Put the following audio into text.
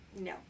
No